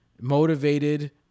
motivated